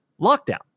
lockdown